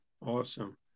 Awesome